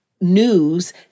news